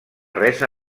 res